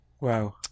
Wow